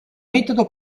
metodo